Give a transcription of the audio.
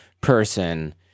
person